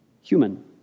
human